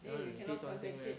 then 你可以专心 meh